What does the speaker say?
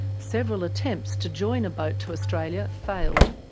several attempts to join a boat to australia failed.